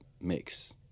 mix